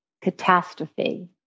Catastrophe